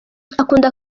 akunda